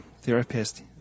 therapist